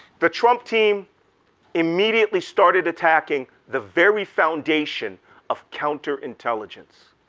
the trump team immediately started attacking the very foundation of counterintelligence.